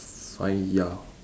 s~ five ya